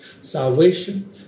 salvation